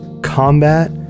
combat